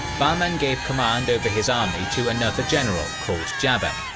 bahman gave command over his army to another general called jaban,